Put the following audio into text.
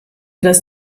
das